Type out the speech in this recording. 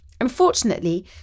Unfortunately